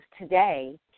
today